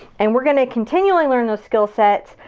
and we're gonna continually learn those skill sets.